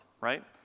right